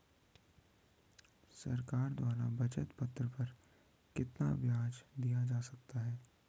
सरकार द्वारा बचत पत्र पर कितना ब्याज दिया जाता है?